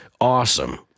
awesome